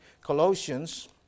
Colossians